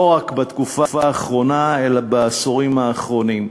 ולא רק בתקופה האחרונה אלא בעשורים האחרונים.